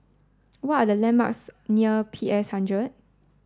what are the landmarks near P S hundred